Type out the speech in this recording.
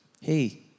Hey